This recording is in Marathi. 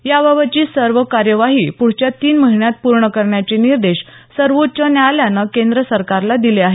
याबाबतची सर्व कार्यवाही पुढच्या तीन महिन्यात पूर्ण करण्याचे निर्देश सर्वोच्व न्यायालयान केंद्र सरकारला दिले आहेत